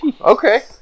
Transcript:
okay